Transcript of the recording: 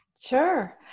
Sure